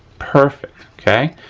perfect, okay.